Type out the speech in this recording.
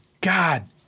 God